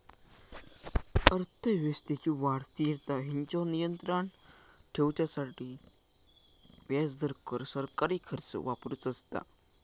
अर्थव्यवस्थेची वाढ, स्थिरता हेंच्यावर नियंत्राण ठेवूसाठी व्याजदर, कर, सरकारी खर्च वापरुचो असता